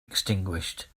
extinguished